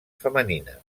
femenina